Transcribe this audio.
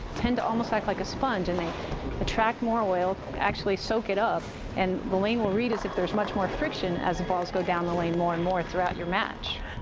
tend to almost act like a sponge and they attract more oil, actually soak it up and the lane will read as if there's much more friction as the balls go down through the lane more and more throughout your match.